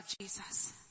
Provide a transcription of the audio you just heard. Jesus